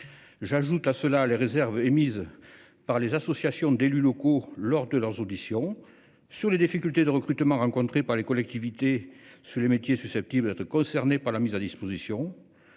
J'ajoute à cela les réserves émises par les associations d'élus locaux lors de leurs auditions sur différents points : les difficultés de recrutement rencontrées par les collectivités dans les métiers susceptibles d'être concernés par la mise à disposition